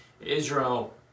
Israel